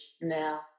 now